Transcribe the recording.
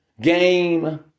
Game